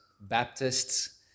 Baptists